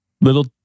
little